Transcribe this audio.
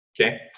Okay